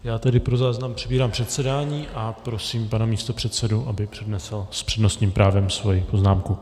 Já tedy pro záznam přebírám předsedání a prosím pana místopředsedu, aby přednesl s přednostním právem svoji poznámku.